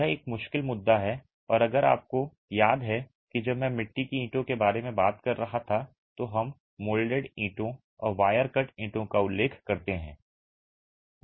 यह एक मुश्किल मुद्दा है और अगर आपको याद है कि जब मैं मिट्टी की ईंटों के बारे में बात कर रहा था तो हम मोल्डेड ईंटों और वायर कट ईंटों का उल्लेख करते हैं